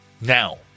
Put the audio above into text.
Now